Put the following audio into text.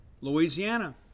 Louisiana